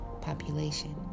population